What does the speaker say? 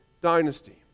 dynasty